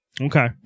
Okay